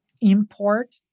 import